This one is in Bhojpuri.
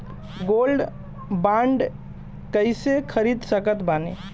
गोल्ड बॉन्ड कईसे खरीद सकत बानी?